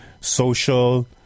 social